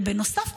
ובנוסף,